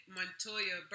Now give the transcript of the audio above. Montoya